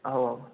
औ औ